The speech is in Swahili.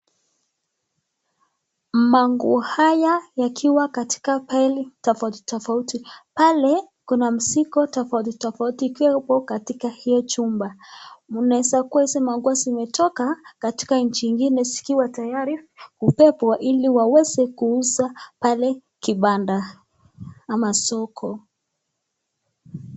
manguo haya yakiwa katika beli tofauti tofauti, pale kuna mzigo tofauti tofauti ikiweko katika hiyo chumba, inawezakuwa hizi nguo zimetoka katika nchi zingine tayari kubebwa iliwaweze kuuza pale kibanda ama soko.